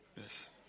Yes